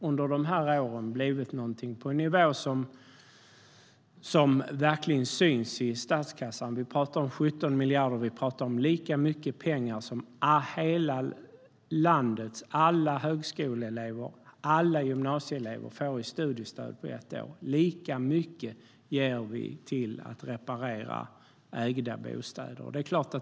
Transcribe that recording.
Under de här åren har det dock hamnat på en nivå där det verkligen syns i statskassan. Vi pratar om 17 miljarder. Lika mycket pengar som hela landets alla högskoleelever och gymnasieelever får i studiestöd på ett år ger vi till att reparera ägda bostäder.